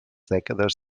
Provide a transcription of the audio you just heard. dècades